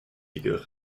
figure